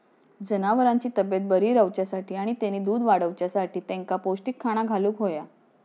जनावरांची तब्येत बरी रवाच्यासाठी आणि तेनी दूध वाडवच्यासाठी तेंका पौष्टिक खाणा घालुक होया